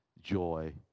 joy